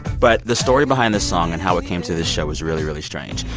but the story behind the song and how it came to this show was really, really strange.